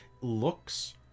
looks